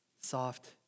soft